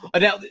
Now